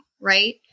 right